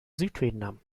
südvietnam